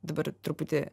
dabar truputį